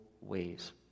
ways